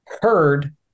heard